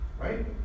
Right